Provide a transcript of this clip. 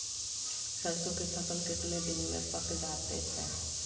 सरसों के फसल कितने दिन में पक जाते है?